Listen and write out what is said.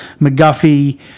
McGuffey